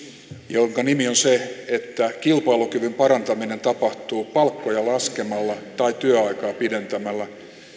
jonka nimi on se että kilpailukyvyn parantaminen tapahtuu palkkoja laskemalla tai työaikaa pidentämällä